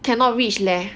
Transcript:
cannot reach leh